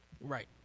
Right